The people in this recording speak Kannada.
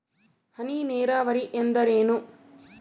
ಹನಿ ನೇರಾವರಿ ಎಂದರೇನು?